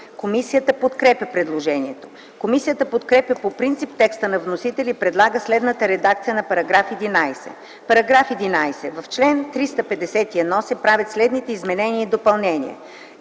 Комисията подкрепя предложението. Комисията подкрепя по принцип текста на вносителя и предлага следната редакция на § 11: „§ 11. В чл. 351 се правят следните изменения и допълнения: